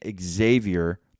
Xavier